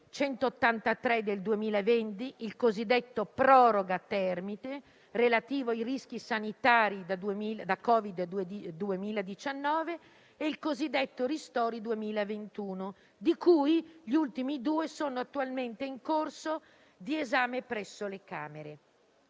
183 del 2020, il cosiddetto proroga termite relativo ai rischi sanitari da Covid-19, e il cosiddetto ristori 2021. Questi ultimi due provvedimenti sono attualmente in corso di esame presso le Camere.